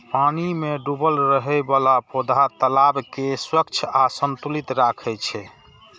पानि मे डूबल रहै बला पौधा तालाब कें स्वच्छ आ संतुलित राखै छै